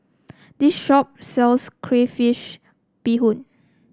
this shop sells Crayfish Beehoon